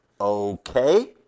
Okay